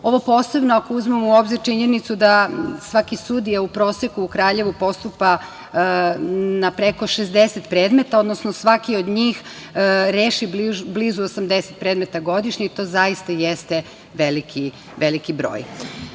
posebno, ako uzmemo u obzir činjenicu da svaki sudija u proseku u Kraljevu postupa na preko 60 predmeta, odnosno svaki od njih reši blizu 80 predmeta godišnje i to zaista jeste veliki broj.Među